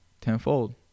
Tenfold